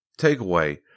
takeaway